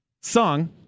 Song